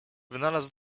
wynalazł